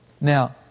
Now